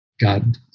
God